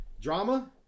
Drama